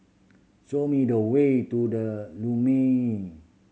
show me the way to The Lumiere